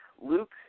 Luke